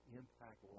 impact